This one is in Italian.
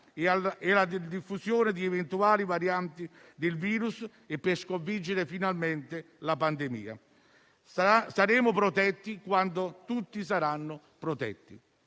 e la diffusione di eventuali varianti del virus per sconfiggere finalmente la pandemia. Saremo protetti quando tutti saranno protetti.